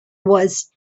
was